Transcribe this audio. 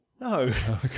No